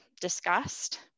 discussed